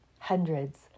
hundreds